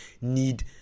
need